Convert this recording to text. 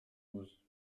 douze